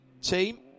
team